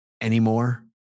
anymore